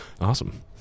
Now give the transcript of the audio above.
Awesome